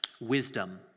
wisdom